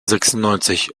sechsundneunzig